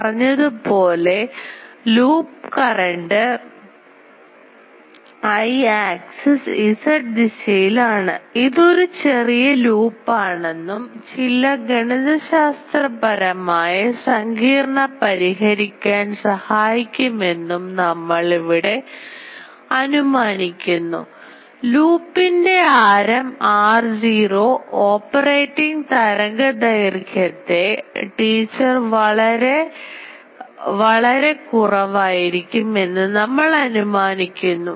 പറഞ്ഞതുപോലെ പോലെ loop current axis Z ദിശയിലാണ്ഇതൊരു ചെറിയ ലൂപ്പ് ആണെന്നും ചില ഗണിതശാസ്ത്രപരമായ സങ്കീർണ്ണത പരിഹരിക്കാൻ സഹായിക്കും എന്നും നമ്മൾ ഇവിടെ അനുമാനിക്കുന്നു ലൂപ്പിൻറെ ആരം r0 ഓപ്പറേറ്റിംഗ് തരംഗദൈർഘ്യംതെ ടീച്ചർ വളരെ കുറവായിരിക്കും എന്ന് നമ്മൾ അനുമാനിക്കുന്നു